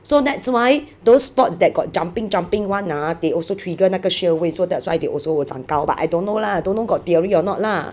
so that's why those sports that got jumping jumping [one] ah they also trigger 那个穴位 so that's why they also will 长高 but I don't know lah don't know got theory or not lah